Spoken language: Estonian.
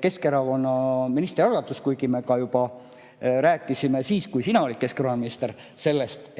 Keskerakonna ministri algatus, kuigi me rääkisime ka siis, kui sina olid keskkonnaminister, sellest,